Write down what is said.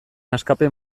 askapen